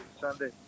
Sunday